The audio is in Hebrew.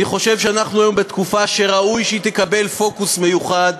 אני חושב שאנחנו היום בתקופה שראוי שהיא תקבל פוקוס מיוחד.